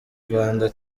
rwanda